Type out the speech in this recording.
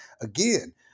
Again